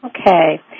okay